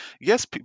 yes